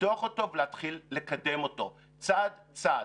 לפתוח אותו ולהתחיל לקדם אותו צעד צעד.